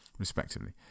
respectively